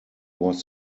was